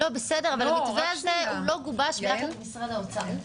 אבל המתווה הזה לא גובש ביחד עם משרד האוצר.